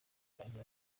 agira